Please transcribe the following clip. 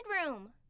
bedroom